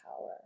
power